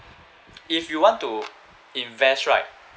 if you want to invest right